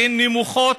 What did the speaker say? שהן נמוכות,